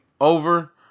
over